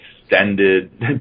extended